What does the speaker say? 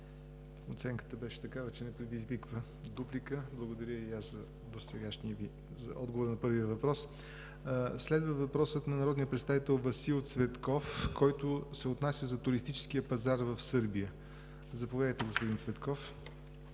оценката беше такава, че не предизвиква дуплика. Благодаря Ви за отговора на първия въпрос. Следва въпросът на народния представител Васил Цветков, който се отнася за туристически пазар в Сърбия. Заповядайте, господин Цветков,